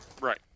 Right